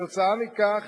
עקב כך